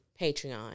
Patreon